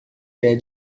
quer